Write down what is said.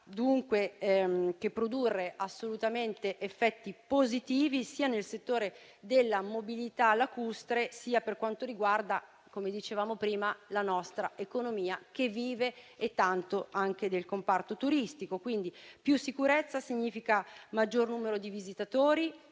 dunque che produrre assolutamente effetti positivi sia nel settore della mobilità lacustre, sia per quanto riguarda, come dicevamo prima, la nostra economia, che vive - e tanto - anche del comparto turistico. Quindi più sicurezza significa maggior numero di visitatori,